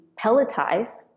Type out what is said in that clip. pelletize